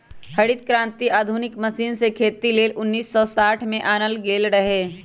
हरित क्रांति आधुनिक मशीन से खेती लेल उन्नीस सौ साठ में आनल गेल रहै